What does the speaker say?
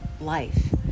life